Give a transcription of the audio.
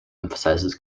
emphasizes